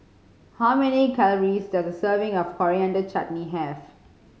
how many calories does a serving of Coriander Chutney have